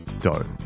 dough